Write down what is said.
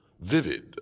vivid